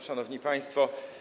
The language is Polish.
Szanowni Państwo!